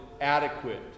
adequate